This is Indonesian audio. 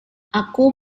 aku